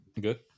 Good